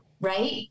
Right